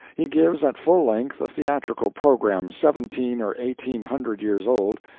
he gives at full length a theatrical program seventeen or eighteen hundred years old,